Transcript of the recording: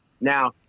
Now